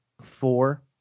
four